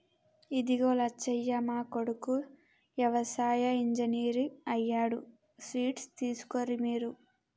ఇదిగో లచ్చయ్య మా కొడుకు యవసాయ ఇంజనీర్ అయ్యాడు స్వీట్స్ తీసుకోర్రి మీరు